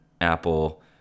Apple